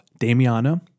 Damiana